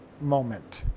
moment